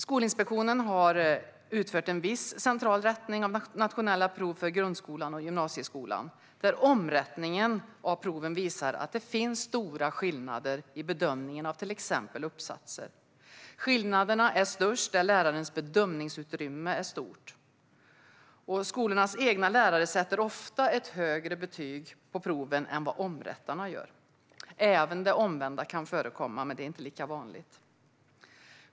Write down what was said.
Skolinspektionen har utfört en viss central rättning av nationella prov för grundskolan och gymnasieskolan, varvid omrättningen av proven har visat att det finns stora skillnader i bedömningen av till exempel uppsatser. Skillnaderna är störst där lärarens bedömningsutrymme är stort. Skolornas egna lärare sätter ofta ett högre betyg på proven än vad omrättarna gör. Även det omvända kan förekomma, men det är inte lika vanligt.